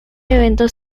evento